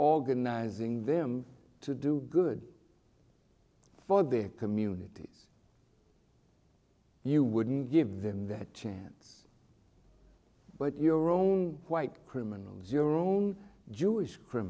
sing them to do good for their communities you wouldn't give them that chance but your own white criminals your own jewish